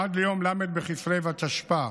עד ליום ל' בכסלו התשפ"ה,